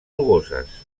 rugoses